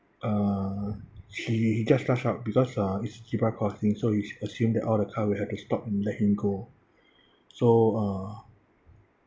uh she just rush out because uh it's zebra crossing so it's assumed the all car will have to stop and let him go so uh